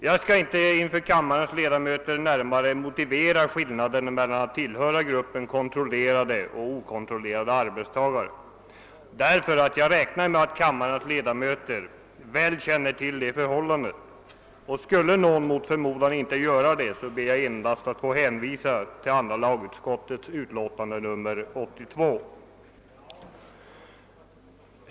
Jag skall inte inför kammaren närmare motivera skillnaden mellan att tillhöra gruppen kontrollerade och okontrollerade arbetstagare, därför att jag räknar med att ledamöterna väl känner till detta förhållande. Skulle någon mot förmodan inte göra det, ber jag endast att få hänvisa till andra lagutskottets utlåtande nr 82.